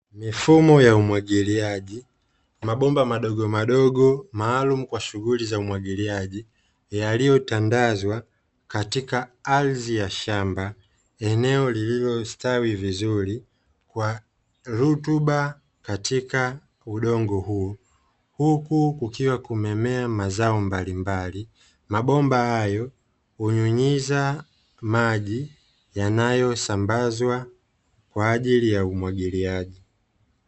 Mifumo ya umwagiliaji, mabomba madogomadogo maalumu kwa shughuli za umwagiliaji yaliyotandazwa katika ardhi ya shamba, eneo lililostawi vizuri kwa rutuba katika udongo huu. Huku kukiwa kumemea mazao mbalimbali. Mabomba hayo hunyunyiza maji yanayosambazwa kwa ajili ya umwagiliaji.